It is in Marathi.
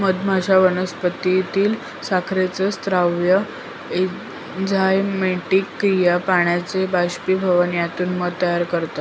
मधमाश्या वनस्पतीतील साखरेचा स्राव, एन्झाइमॅटिक क्रिया, पाण्याचे बाष्पीभवन यातून मध तयार करतात